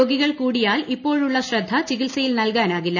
രോഗികൾ കൂടിയാൽ ഇപ്പോഴുള്ള ശ്രദ്ധ ചികിത്സയിൽ നൽകാനാകില്ല